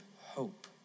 hope